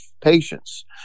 patients